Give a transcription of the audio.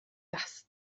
das